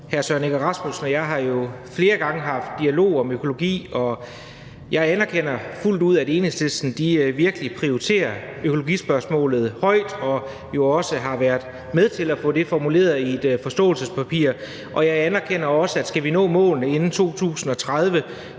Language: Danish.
Hr. Søren Egge Rasmussen og jeg har jo flere gange haft dialog om økologi. Jeg anerkender fuldt ud, at Enhedslisten virkelig prioriterer økologispørgsmålet højt og jo også har været med til at få det formuleret i et forståelsespapir. Jeg anerkender også, at skal vi nå målene inden 2030,